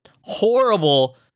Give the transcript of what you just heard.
horrible